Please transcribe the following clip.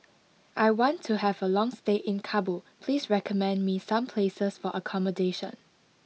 I want to have a long stay in Kabul please recommend me some places for accommodation